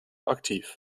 aktiv